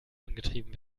angetrieben